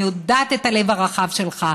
אני יודעת על הלב הרחב שלך,